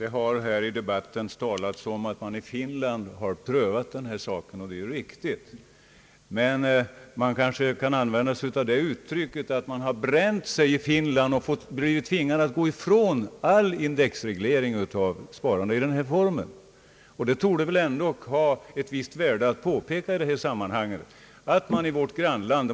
Herr talman! Det har i debatten talats om att man i Finland prövat en värdesäkring. Det är riktigt. Men man har där blivit bränd och tvingats att gå ifrån all indexreglering av sparande i denna form. Det torde vara av värde påpeka att man i vårt grannland